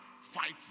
fight